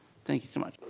thank you so much.